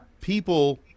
people